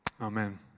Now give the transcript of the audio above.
Amen